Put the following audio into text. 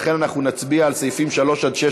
לכן אנחנו נצביע על סעיפים 3 6,